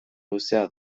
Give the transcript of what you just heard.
luzea